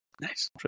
Nice